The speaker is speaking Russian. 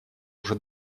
уже